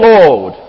Lord